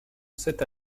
cette